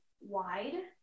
wide